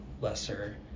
lesser